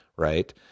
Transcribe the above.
right